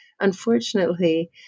unfortunately